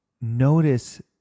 notice